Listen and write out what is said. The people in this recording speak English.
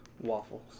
waffles